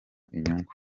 inyungu